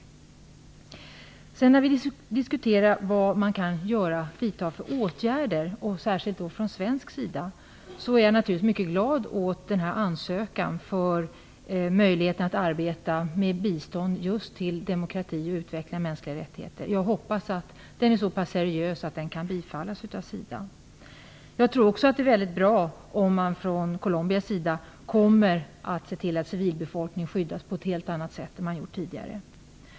Vidare var det frågan om de diskussioner som råder om vilka åtgärder som kan väntas från svensk sida. Jag är glad för att det har lämnats in en ansökan om möjligheten att arbeta med bistånd till utveckling av demokrati och mänskliga rättigheter. Jag hoppas att den ansökan är så pass seriös att den kan bifallas av SIDA. Det är bra att man från den colombianska regeringens sida kommer att se till att civilbefolkningen skyddas på ett helt annat sätt än tidigare.